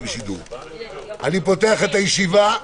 אני פותח את הישיבה.